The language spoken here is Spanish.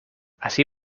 así